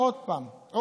מה שנוריד, זה ירד.